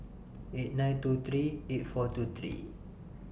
eight nine two three eight four two three